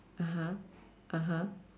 (uh huh) (uh huh)